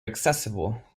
accessible